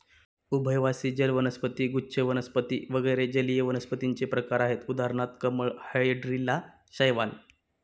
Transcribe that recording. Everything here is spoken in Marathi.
उभयवासी जल वनस्पती, गुच्छ वनस्पती वगैरे जलीय वनस्पतींचे प्रकार आहेत उदाहरणार्थ कमळ, हायड्रीला, शैवाल